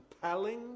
compelling